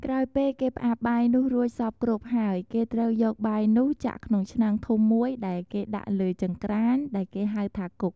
ក្រោយពេលគេផ្អាប់បាយនោះរួចសព្វគ្រប់ហើយ គេត្រូវយកបាយនោះចាក់ក្នុងឆ្នាំងធំមួយដែលគេដាក់នៅលើចង្ក្រានដែលគេហៅថាគុក។